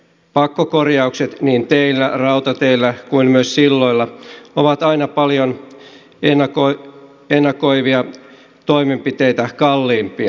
pakkokorjaukset niin teillä rautateillä kuin myös silloilla ovat aina paljon ennakoivia toimenpiteitä kalliimpia